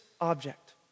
object